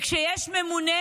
כשיש ממונה,